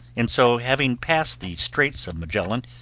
and so, having passed the straits of magellan,